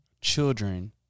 children